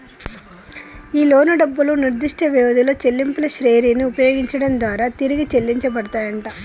ఈ లోను డబ్బులు నిర్దిష్ట వ్యవధిలో చెల్లింపుల శ్రెరిని ఉపయోగించడం దారా తిరిగి చెల్లించబడతాయంట